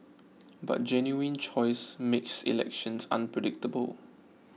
but genuine choice makes elections unpredictable